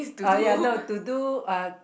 uh ya no to do uh